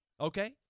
Okay